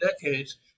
decades